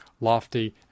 lofty